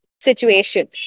situation